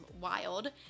wild